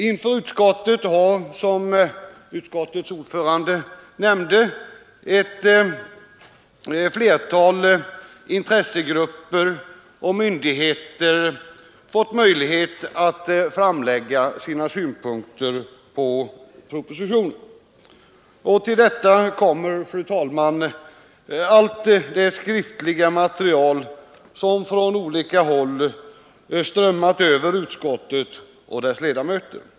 Inför utskottet har, som utskottets ordförande nämnde, ett flertal intressegrupper och myndigheter fått möjlighet att framlägga sina synpunkter på propositionen. Till detta kommer, fru talman, allt det skriftliga material som från olika håll strömmat över utskottet och dess ledamöter.